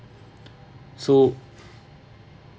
so